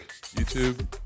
youtube